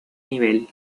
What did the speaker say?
nivel